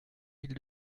mille